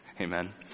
Amen